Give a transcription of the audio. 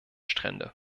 strände